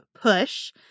push